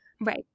Right